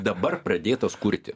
dabar pradėtos kurti